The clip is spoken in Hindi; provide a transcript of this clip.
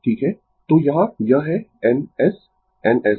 Refer Slide Time 1443 तो यहाँ यह है N S N S